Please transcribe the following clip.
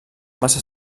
massa